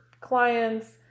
clients